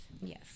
Yes